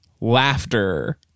laughter